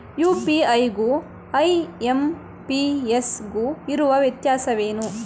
UPI ಗು IMPS ಗು ಇರುವ ವ್ಯತ್ಯಾಸವೇನು?